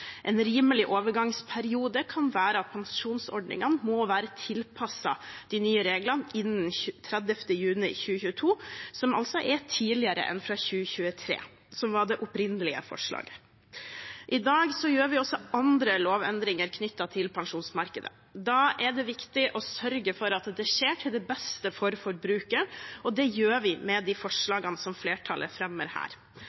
En rimelig overgangsperiode kan være at pensjonsordningene må være tilpasset de nye reglene innen 30. juni 2022, som altså er tidligere enn fra 2023, som var det opprinnelige forslaget. I dag gjør vi også andre lovendringer knyttet til pensjonsmarkedet. Da er det viktig å sørge for at det skjer til beste for forbrukeren, og det gjør vi med de